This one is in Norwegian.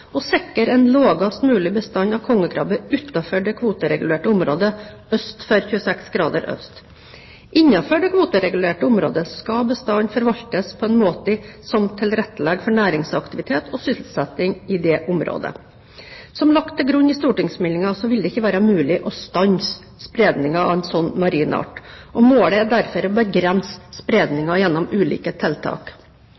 og sikre en lavest mulig bestand av kongekrabbe utenfor det kvoteregulerte området øst for 26° øst. Innenfor det kvoteregulerte området skal bestanden forvaltes på en måte som tilrettelegger for næringsaktivitet og sysselsetting. Som det er lagt til grunn i stortingsmeldingen, vil det ikke være mulig å stanse spredningen av en sånn marin art, og målet er derfor å begrense